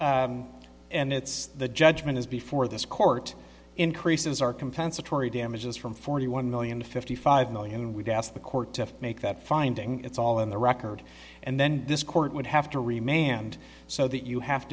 and it's the judgment is before this court increases our compensatory damages from forty one million to fifty five million we'd ask the court to make that finding it's all in the record and then this court would have to remain hand so that you have